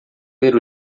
ver